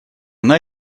она